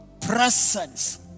presence